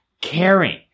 caring